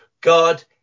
God